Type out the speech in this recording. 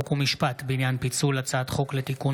חוק ומשפט בעניין פיצול הצעת חוק לתיקון